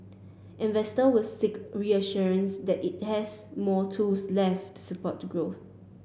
investors will seek reassurances that it has more tools left support growth